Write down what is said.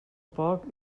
poc